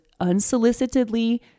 unsolicitedly